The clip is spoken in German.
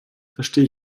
verstehe